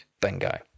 Bingo